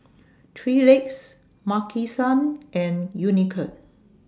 three Legs Maki San and Unicurd